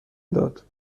داد